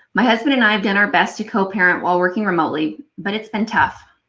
my husband and i have done our best to co-parent while working remotely, but it's been tough.